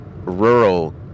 rural